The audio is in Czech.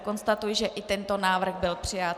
Konstatuji, že i tento návrh byl přijat.